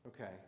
okay